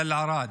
תל ערד,